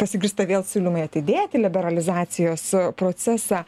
pasigirsta vėl siūlymai atidėti liberalizacijos procesą